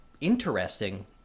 interesting